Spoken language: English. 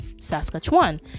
Saskatchewan